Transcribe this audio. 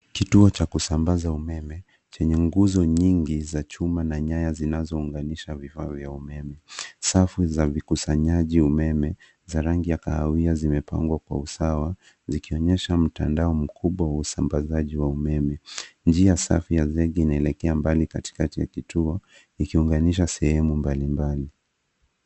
kituo cha kusambaza umeme chenye nguzo nyingi za chuma na nyaya zinazo unganisha vifaa vya umeme. safu za vikusanyaji umeme za rangi ya kawia zimepangwa kwa usawa zikionyesha mtandao mkubwa wa usambazaji wa umeme njia safi ya zege zielekea mbali katikati ya kituo ikiunganisha sehemu mbali mbali